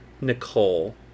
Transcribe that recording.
Nicole